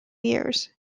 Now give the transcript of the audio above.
years